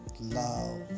love